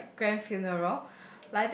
like grave funeral